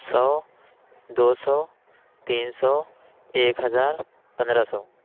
سو دو سو تین سو ایک ہزار پندرہ سو